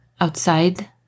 outside